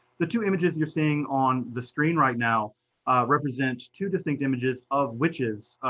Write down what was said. the two images that you're seeing on the screen right now represent two distinct images of witches,